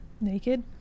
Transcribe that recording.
naked